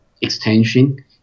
extension